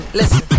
listen